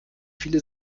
viele